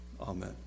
Amen